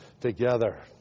together